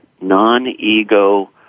non-ego